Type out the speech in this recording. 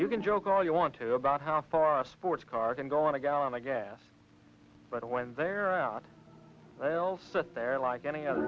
you can joke all you want to about how far a sports car can go on a gallon of gas but when they're out they'll sit there like any other